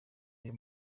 ayo